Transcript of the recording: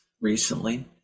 recently